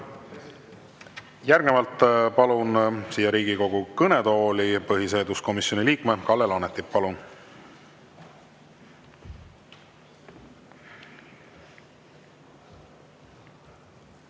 Järgnevalt palun siia Riigikogu kõnetooli põhiseaduskomisjoni liikme Kalle Laaneti. Palun!